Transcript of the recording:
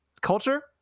culture